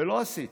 ולא עשיתי.